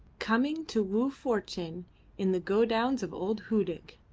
coming to woo fortune in the godowns of old hudig.